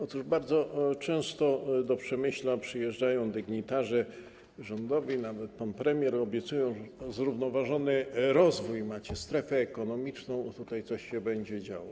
Otóż bardzo często do Przemyśla przyjeżdżają dygnitarze rządowi, nawet pan premier, obiecują, mówią: zrównoważony rozwój macie, strefę ekonomiczną, tutaj coś się będzie działo.